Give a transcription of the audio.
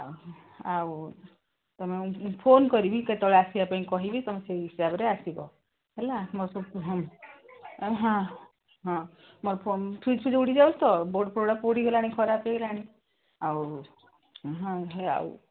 ଆଉ ତମେ ଫୋନ କରିବି କେତେବେଳେ ଆସିବା ପାଇଁ କହିବି ତୁମେ ସେଇ ହିସାବରେ ଆସିବ ହେଲା ମୋ ସବ ହୁଁ ହଁ ହଁ ମୋର ଫୋ ଫ୍ୟୁଜ୍ ଫ୍ୟୁଜ୍ ଉଡ଼ିିଯାଉଛି ତ ବୋର୍ଡ଼ ଫୋର୍ଡ଼ ଗୁଡ଼ା ପୋଡ଼ିଗଲାଣି ଖରାପ ହେଇଗଲାଣି ଆଉ ହଁ ହେ ଆଉ